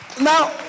Now